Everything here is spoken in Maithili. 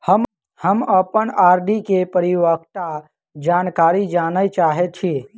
हम अप्पन आर.डी केँ परिपक्वता जानकारी जानऽ चाहै छी